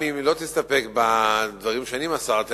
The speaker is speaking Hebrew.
אם היא לא תסתפק בדברים שאני מסרתי,